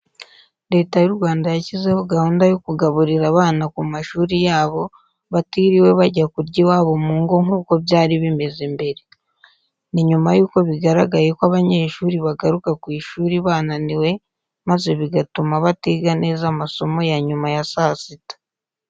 Leta y'u Rwanda yashyizeho gahunda yo kugaburira abana ku mashuri yabo batiriwe bajya kurya iwabo mu ngo nk'uko byari bimeze mbere. Ni nyuma y'uko bigaragaye ko abanyeshuri bagaruka ku ishuri bananiwe maze bigatuma batiga neza amasomo ya nyuma ya saa sita.